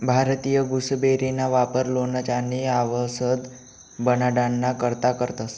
भारतीय गुसबेरीना वापर लोणचं आणि आवषद बनाडाना करता करतंस